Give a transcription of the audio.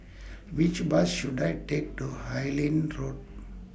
Which Bus should I Take to Harlyn Road